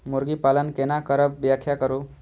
मुर्गी पालन केना करब व्याख्या करु?